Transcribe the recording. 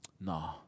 Nah